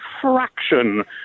fraction